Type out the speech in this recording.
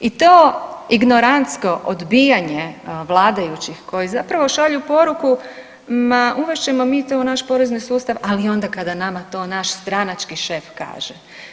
I to ignorantsko odbijanje vladajućih koji zapravo šalju poruku ma uvest ćemo mi to u naš porezni sustav, ali onda kada nama to naš stranački šef kaže.